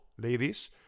ladies